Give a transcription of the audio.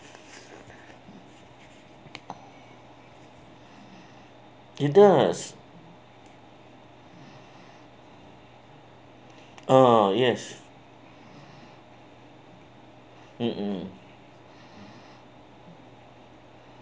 it does uh yes mmhmm